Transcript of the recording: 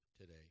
today